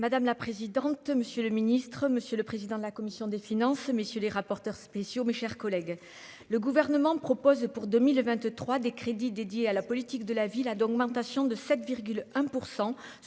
Madame la présidente, monsieur le ministre, monsieur le président de la commission des finances, messieurs les rapporteurs spéciaux, mes chers collègues, le gouvernement propose pour 2023 des crédits dédiés à la politique de la ville a d'augmentation de 7,1